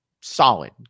solid